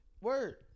Word